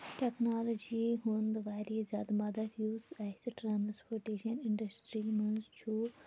technology ہُنٛد واریاہ زیادٕ مدتھ یُس اَسہِ ٹرٛانٕسپوٹیشَن اِنٛڈَسٹرٛی منٛز چھُ